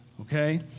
okay